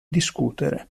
discutere